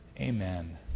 amen